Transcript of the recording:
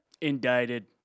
Indicted